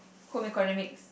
home economics